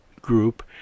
group